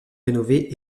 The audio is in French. rénovée